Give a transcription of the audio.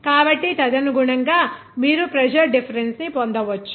కాబట్టి తదనుగుణంగా మీరు ప్రెజర్ డిఫరెన్స్ ని పొందవచ్చు